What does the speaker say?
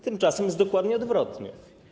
Tymczasem jest dokładnie odwrotnie.